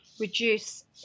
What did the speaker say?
reduce